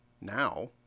now